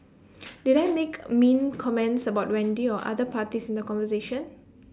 did I make mean comments about Wendy or other parties in the conversation